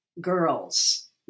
girls